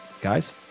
guys